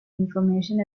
information